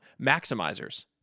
maximizers